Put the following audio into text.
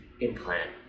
implant